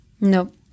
Nope